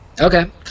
Okay